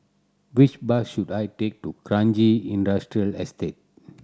which bus should I take to Kranji Industrial Estate